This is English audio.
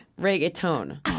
Reggaeton